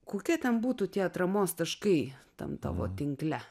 kokia ten būtų tie atramos taškai tam tavo tinkle